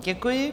Děkuji.